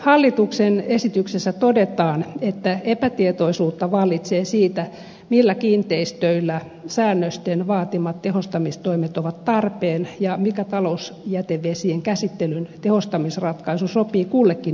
hallituksen esityksessä todetaan että epätietoisuutta vallitsee siitä millä kiinteistöillä säännösten vaatimat tehostamistoimet ovat tarpeen ja mikä talousjätevesien käsittelyn tehostamisratkaisu sopii kullekin yksittäiselle kiinteistölle